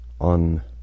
on